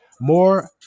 more